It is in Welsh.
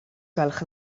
gwelwch